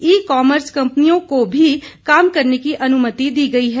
ई commerce कंपनियों को भी काम करने की अनुमति दी गई है